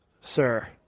sir